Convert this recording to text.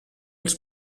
els